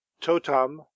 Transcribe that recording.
Totam